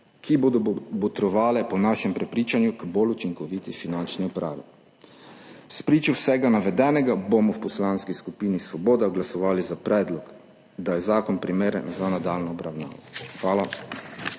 ki bodo po našem prepričanju botrovale k bolj učinkoviti finančni upravi. Spričo vsega navedenega bomo v Poslanski skupini Svoboda glasovali za predlog, da je zakon primeren za nadaljnjo obravnavo. Hvala.